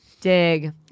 Dig